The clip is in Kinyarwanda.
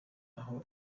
aho